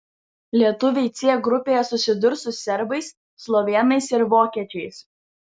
lietuviai c grupėje susidurs su serbais slovėnais ir vokiečiais